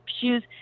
shoes